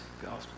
gospel